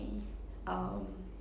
um